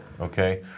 okay